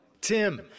Tim